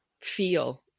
feel